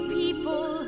people